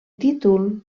títol